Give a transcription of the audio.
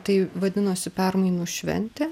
tai vadinosi permainų šventė